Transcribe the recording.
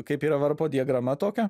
kaip yra varpo diagrama tokia